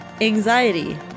anxiety